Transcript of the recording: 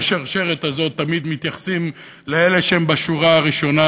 בשרשרת הזאת תמיד מתייחסים לאלה שהם בשורה הראשונה